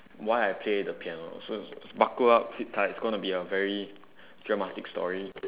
why I play the piano so s~ so buckle up sit tight it's going to be a very dramatic story